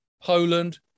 Poland